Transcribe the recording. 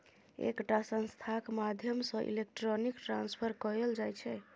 एकटा संस्थाक माध्यमसँ इलेक्ट्रॉनिक ट्रांसफर कएल जाइ छै